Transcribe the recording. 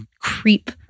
creep